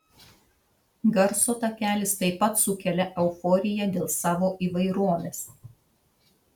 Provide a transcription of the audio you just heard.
garso takelis taip pat sukelia euforiją dėl savo įvairovės